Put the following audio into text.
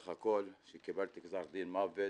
קיבלתי גזר דין מוות